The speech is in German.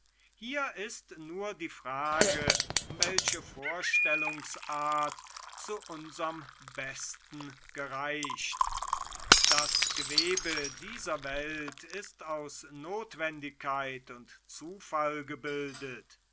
hier ist nur die frage welche vorstellungsart zu unserm besten gereicht das gewebe dieser welt ist aus notwendigkeit und zufall gebildet